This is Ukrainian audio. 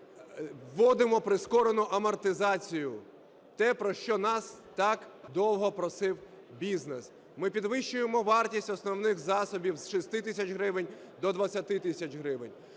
вводимо прискорену амортизацію - те, про що нас так довго просив бізнес. Ми підвищуємо вартість основних засобів з 6 тисяч гривень до 20 тисяч гривень.